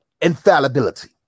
Infallibility